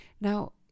Now